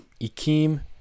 Ikim